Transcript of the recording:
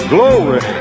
Glory